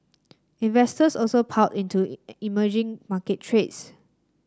investors also piled into emerging market trades